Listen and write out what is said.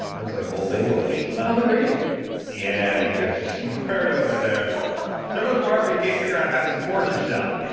that was like old english well, public radio yeah, you guys are smart over there except so for the part where you can't figure out how to support yourself.